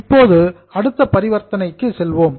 இப்போது அடுத்த பரிவர்த்தனைக்கு செல்லலாம்